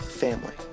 family